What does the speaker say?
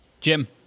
Jim